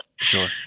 Sure